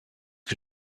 que